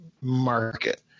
market